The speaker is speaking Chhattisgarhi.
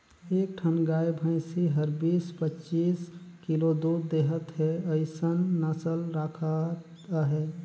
एक ठन गाय भइसी हर बीस, पचीस किलो दूद देहत हे अइसन नसल राखत अहे